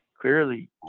clearly